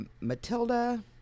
matilda